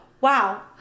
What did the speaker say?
wow